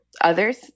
others